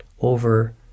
over